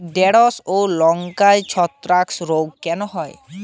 ঢ্যেড়স ও লঙ্কায় ছত্রাক রোগ কেন হয়?